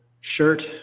shirt